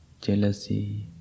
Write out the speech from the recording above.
jealousy